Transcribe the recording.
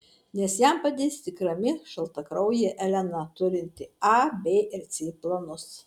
nes jam padės tik rami šaltakraujė elena turinti a b ir c planus